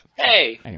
Hey